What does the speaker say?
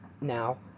now